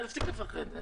תפסיק לפחד.